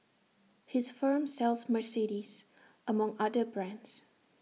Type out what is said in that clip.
his firm sells Mercedes among other brands